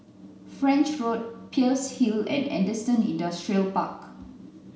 French Road Peirce Hill and Henderson Industrial Park